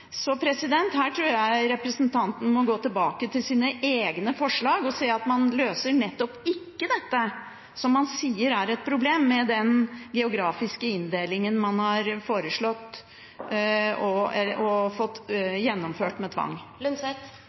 Så her tror jeg representanten må gå tilbake til sine egne forslag og se at man ikke løser det som man sier er et problem, med den geografiske inndelingen man har foreslått og fått gjennomført med tvang.